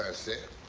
ah said,